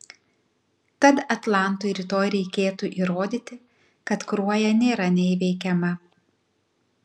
tad atlantui rytoj reikėtų įrodyti kad kruoja nėra neįveikiama